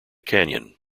canyon